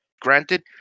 Granted